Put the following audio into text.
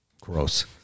gross